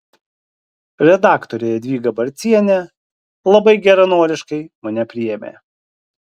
redaktorė jadvyga barcienė labai geranoriškai mane priėmė